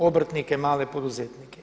Obrtnike, male poduzetnike.